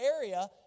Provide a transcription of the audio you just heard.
area